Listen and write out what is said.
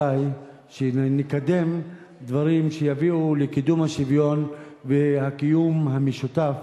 שאולי נקדם דברים שיביאו לקידום השוויון והקיום המשותף